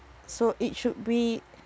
so it should be